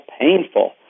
painful